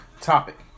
Topic